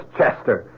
Chester